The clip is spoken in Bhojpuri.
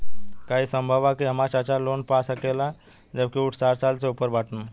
का ई संभव बा कि हमार चाचा लोन पा सकेला जबकि उ साठ साल से ऊपर बाटन?